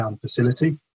facility